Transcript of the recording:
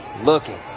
looking